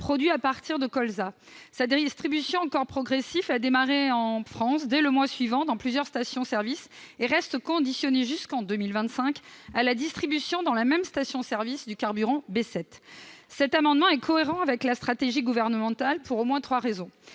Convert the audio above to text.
produit à partir de colza. Sa distribution, encore progressive, a démarré en France dès le mois suivant dans plusieurs stations-service. Elle reste conditionnée, jusqu'en 2025, à la distribution, dans la même station-service, du carburant B7. Cet amendement est cohérent avec la stratégie gouvernementale, pour au moins trois raisons.